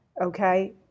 okay